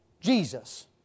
Jesus